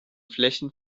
flächen